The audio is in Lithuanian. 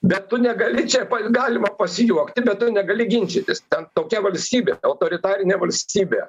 bet tu negali čia galima pasijuokti bet tu negali ginčytis ten tokia valstybė autoritarinė valstybė